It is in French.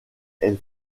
elle